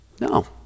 No